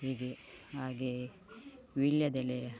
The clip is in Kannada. ಹೀಗೆ ಹಾಗೆಯೇ ವೀಳ್ಯದೆಲೆ